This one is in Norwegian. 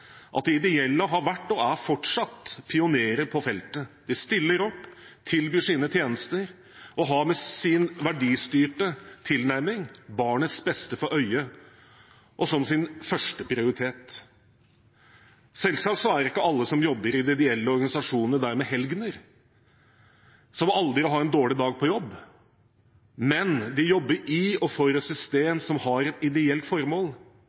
at de ideelle har vært og fortsatt er pionerer på feltet. De stiller opp, tilbyr sine tjenester og har med sin verdistyrte tilnærming barnets beste for øye og som sin første prioritet. Selvsagt er ikke alle som jobber i de ideelle organisasjonene, dermed helgener som aldri har en dårlig dag på jobb, men de jobber i og for et system som har et ideelt formål